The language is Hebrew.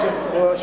גברתי היושבת-ראש,